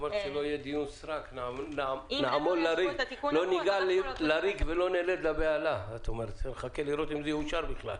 אומרת שנחכה לראות אם זה יאושר בכלל.